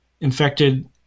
infected